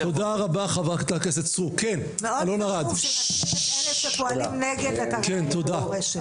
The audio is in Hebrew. מאוד חשוב שנכיר את אלה שפועלים נגד אתרי המורשת.